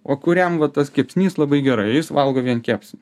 o kuriam va tas kepsnys labai gerai jis valgo vien kepsnį